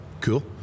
Cool